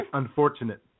unfortunate